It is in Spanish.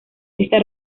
está